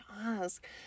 ask